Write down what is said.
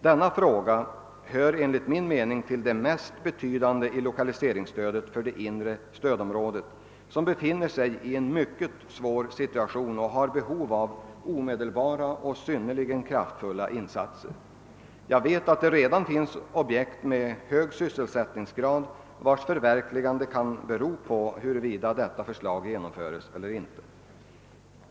Denna fråga hör enligt min mening till de mest betydande när det gäller lokalisertTingsstödet för det inre stödområdet, som befinner sig i en mycket svår situation och har behov av omedelbara och synnerligen kraftfulla insatser. Jag vet att det redan finns objekt med hög sysselsättningsgrad vilkas förverkligande kan bero på huruvida detta förslag genomförs eller ej.